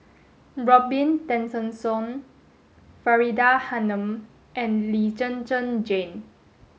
Robin Tessensohn Faridah Hanum and Lee Zhen Zhen Jane